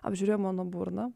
apžiūrėjo mano burną